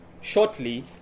shortly